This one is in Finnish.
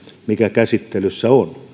mikä käsittelyssä